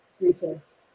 resource